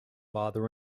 father